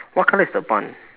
what colour is the barn